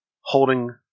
holding